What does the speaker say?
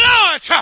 Lord